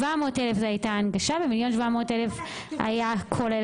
700 אלף הייתה הנגשה, ו-1,7 מיליון זה כולל